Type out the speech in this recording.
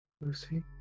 Lucy